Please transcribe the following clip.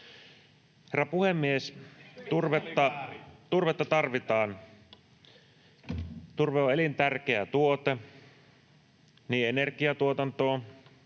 Herra puhemies! Turvetta tarvitaan. Turve on elintärkeä tuote niin energiatuotantoon,